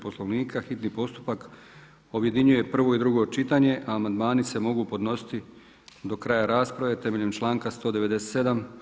Poslovnika, hitni postupak objedinjuje prvo i drugo čitanje, a amandmani se mogu podnositi do kraja rasprave temeljem članka 197.